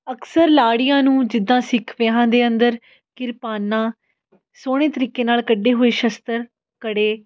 ਅਕਸਰ ਲਾੜੀਆਂ ਨੂੰ ਜਿੱਦਾਂ ਸਿੱਖ ਵਿਆਹਾਂ ਦੇ ਅੰਦਰ ਕਿਰਪਾਨਾਂ ਸੋਹਣੇ ਤਰੀਕੇ ਨਾਲ ਕੱਢੇ ਹੋਏ ਸ਼ਸਤਰ ਕੜੇ